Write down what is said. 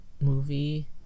movie